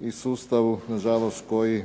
i sustavu na žalost koji